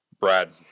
Brad